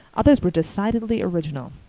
others were decidedly original.